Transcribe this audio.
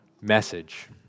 message